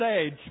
age